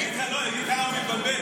אני אגיד לך למה הוא התבלבל,